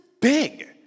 big